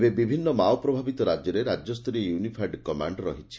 ଏବେ ବିଭିନ୍ ମାଓ ପ୍ରଭାବିତ ରାକ୍ୟରେ ରାକ୍ୟସ୍ତରୀୟ ୟୁନିଫାଏଡ୍ କମାଣ୍ଡ ରହିଛି